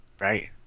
Right